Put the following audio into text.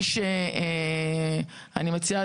אני מציעה,